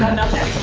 nothing.